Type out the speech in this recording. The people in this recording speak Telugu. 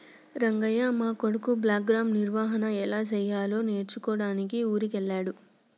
రంగయ్య మా కొడుకు బ్లాక్గ్రామ్ నిర్వహన ఎలా సెయ్యాలో నేర్చుకోడానికి ఊరికి వెళ్ళాడు